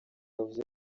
yavuze